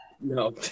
No